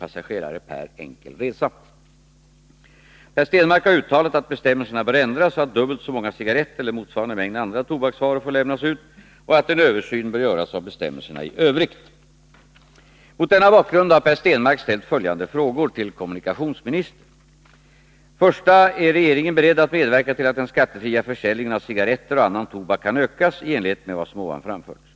Vidare har Per Stenmarck hävdat att bestämmelserna i övrigt i lex Öresund, vilka i praktiken förbjuder dans eller orkester ombord, gör ett närmast komiskt intryck. Per Stenmarck har uttalat att bestämmelserna bör ändras så att dubbelt så många cigarretter eller motsvarande mängd andra tobaksvaror får lämnas ut och att en översyn bör göras av bestämmelserna i övrigt. Mot denna bakgrund har Per Stenmarck ställt följande frågor till kommunikationsministern. 1. Är regeringen beredd att medverka till att den skattefria försäljningen av cigarretter och annan tobak kan ökas, i enlighet med vad som här framförts?